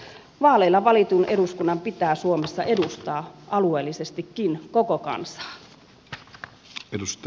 vaaleilla valitun eduskunnan pitää suomessa edustaa alueellisestikin koko kansaa